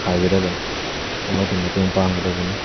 ꯍꯥꯏꯒꯗꯕꯅꯦ ꯑꯃꯗꯤ ꯃꯇꯦꯡ ꯄꯥꯡꯒꯗꯕꯅꯤ